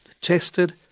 tested